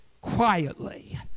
quietly